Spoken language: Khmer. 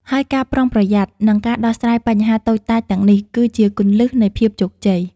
ហើយការប្រុងប្រយ័ត្ន និងការដោះស្រាយបញ្ហាតូចតាចទាំងនេះ គឺជាគន្លឹះនៃភាពជោគជ័យ។